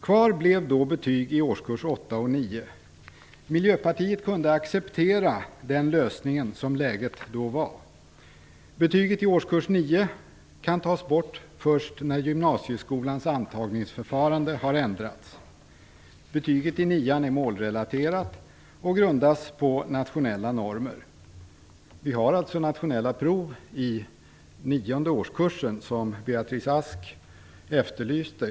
Kvar blev betyg i årskurs 8 och 9. Miljöpartiet kunde acceptera den lösningen så som läget då var. Betygen i årskurs 9 kan tas bort först när gymnasieskolans antagningsförfarande har ändrats. Betygen i nian är målrelaterade och grundas på nationella normer. Vi har alltså nationella prov i nionde årskursen, som Beatrice Ask efterlyste.